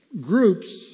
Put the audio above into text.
groups